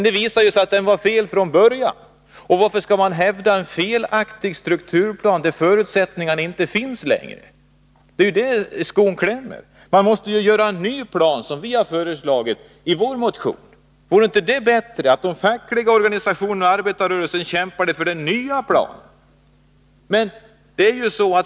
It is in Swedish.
Det visade sig dock att den var felaktig från början. Varför skall man hävda en felaktig strukturplan när man vet att förutsättningarna för den inte längre finns? Det är där som skon klämmer. En ny plan måste utarbetas, som vi har föreslagit i vår motion. Vore det inte bättre att de fackliga organisationerna och arbetarrörelsen kämpade för en sådan ny plan?